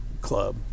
club